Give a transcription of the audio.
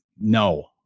no